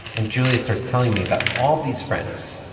and julia starts telling me about all these friends,